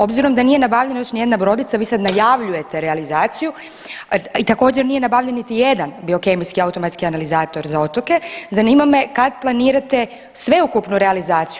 Obzirom da nije nabavljena još nijedna brodica vi sad najavljujete realizaciju i također nije nabavljen niti jedan biokemijski automatski analizator za otoke, zanima me kad planirate sveukupnu realizaciju?